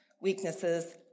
weaknesses